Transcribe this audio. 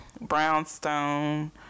Brownstone